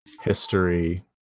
history